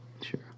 Sure